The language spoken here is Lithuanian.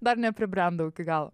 dar nepribrendau gal